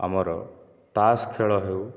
ଆମର ତାସ ଖେଳ ହେଉ